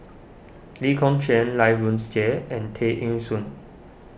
Lee Kong Chian Lai wounds Jie and Tay Eng Soon